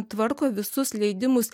tvarko visus leidimus